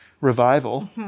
revival